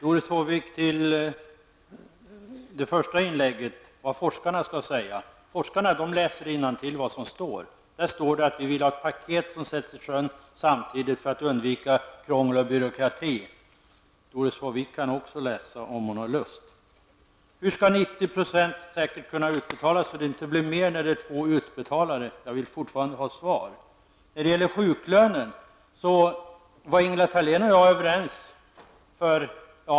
Herr talman! Doris Håvik frågade vad forskarna skall säga. Forskarna läser innantill vad som står, nämligen att vi vill ha ett paket som sätts i sjön samtidigt för att undvika krångel och byråkrati. Doris Håvik kan också läsa innantill, om hon har lust. Hur skall 90 % säkert kunna utbetalas, så att det inte blir mer när det är två utbetalare? På den frågan vill jag fortfarande ha ett svar. Ingela Thalén och jag var överens när det gäller sjuklönen.